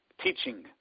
teaching